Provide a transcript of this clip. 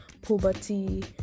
poverty